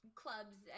clubs